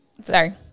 Sorry